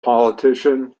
politician